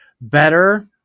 better